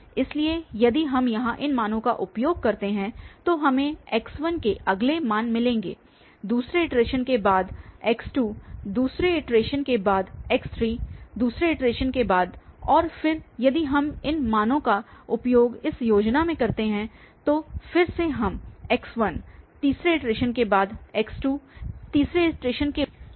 इसलिए यदि हम यहां इन मानों का उपयोग करते हैं तो हमें x1 के अगले मान मिलेंगे दूसरे इटरेशन के बाद x2 दूसरे इटरेशन के बाद x3 दूसरे इटरेशन के बाद और फिर यदि हम इन मानों का उपयोग इस योजना मे करते हैं तो फिर से हम x1 तीसरे इटरेशन के बाद x2 तीसरे इटरेशन के बाद और फिर x3 तीसरे इटरेशन के बाद प्राप्त करेंगे